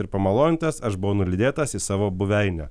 ir pamalonintas aš buvau nulydėtas į savo buveinę